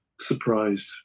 surprised